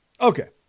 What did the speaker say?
Okay